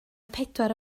pedwar